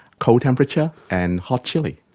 cold temperature, and hot chilli.